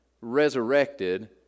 resurrected